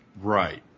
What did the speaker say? Right